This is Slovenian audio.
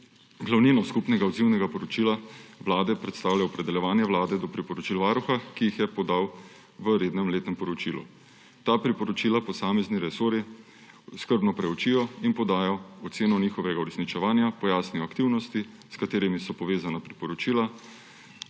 Glavnino skupnega odzivnega poročila Vlade predstavlja opredeljevanje Vlade do priporočil Varuha, ki jih je podal v rednem letnem poročilu. Ta priporočila posamezne resorje skrbno preučijo in podajo oceno njihovega uresničevanja, pojasnijo aktivnosti, s katerimi so povezana priporočila,